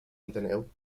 enteneu